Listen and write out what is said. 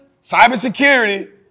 cybersecurity